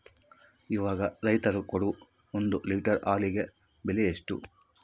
ಇವಾಗ ರೈತರು ಕೊಡೊ ಒಂದು ಲೇಟರ್ ಹಾಲಿಗೆ ಬೆಲೆ ಎಷ್ಟು?